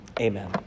Amen